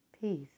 peace